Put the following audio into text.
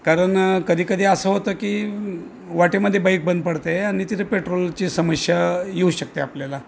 कारण कधीकधी असं होतं की वाटेमध्ये बाईक बंद पडते आणि तिथे पेट्रोलची समस्या येऊ शकते आपल्याला